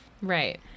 Right